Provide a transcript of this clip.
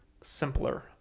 simpler